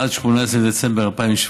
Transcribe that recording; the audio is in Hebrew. עד 18 בדצמבר 2017,